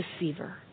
deceiver